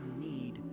need